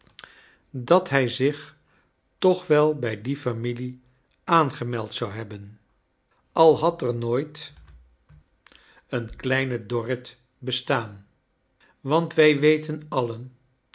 dat kij zich toch wel bij die familie aangemeld zou hebben al had er nooit een kleine dorrit bestaan want wjj weten alien